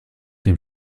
dem